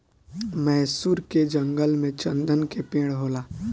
मैसूर के जंगल में चन्दन के पेड़ होला